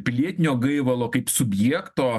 pilietinio gaivalo kaip subjekto